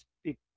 speak